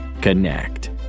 Connect